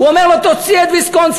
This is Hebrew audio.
הוא אומר לו: תוציא את ויסקונסין.